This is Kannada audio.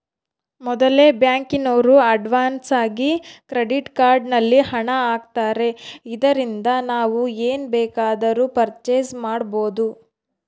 ಮೊದಲೆ ಬ್ಯಾಂಕಿನೋರು ಅಡ್ವಾನ್ಸಾಗಿ ಕ್ರೆಡಿಟ್ ಕಾರ್ಡ್ ನಲ್ಲಿ ಹಣ ಆಗ್ತಾರೆ ಇದರಿಂದ ನಾವು ಏನ್ ಬೇಕಾದರೂ ಪರ್ಚೇಸ್ ಮಾಡ್ಬಬೊದು